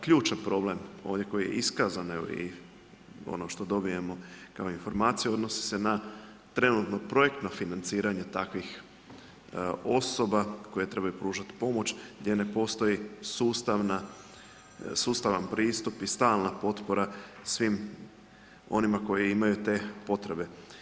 Ključan problem ovdje koji je iskazan i ono što dobijemo kao informaciju odnosi se na trenutna projektna financiranja takvih osoba koje trebaju pružati pomoć gdje ne postoji sustavan pristup i stalna potpora svim onima koji imaju te potrebe.